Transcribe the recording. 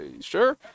Sure